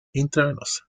intravenosa